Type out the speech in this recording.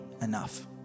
enough